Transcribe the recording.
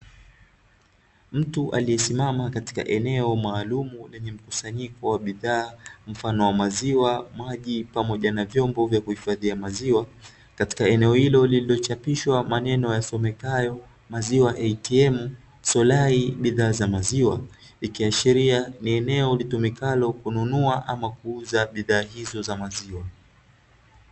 Mtu aliyesimama katika eneo maalumu lenye mkusanyiko wa bidhaa mfano wa maziwa, maji, pamoja na vyombo vya kuhifadhia maziwa, katika eneo hilo lilochapishwa maneno yasomekayo "MAZIWA ATM SOLAI BIDHAA ZA MAZIWA", ikiashiria ni eneo litumikalo kununua ama kuuza bidhaa hizo za maziwa.